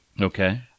Okay